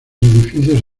edificios